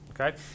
Okay